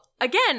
again